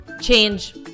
change